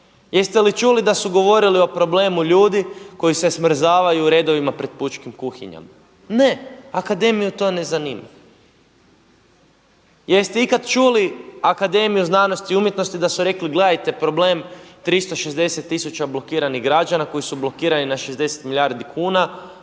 Jeste li čuli da su govorili o problemu ljudi koji se smrzavaju u redovima pred pučkim kuhinjama? Ne. Akademiju to ne zanima. Jeste ikad čuli akademiju znanosti i umjetnosti da su rekli gledajte problem 360 tisuća blokiranih građana koji su blokirani na 60 milijardi kuna